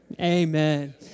Amen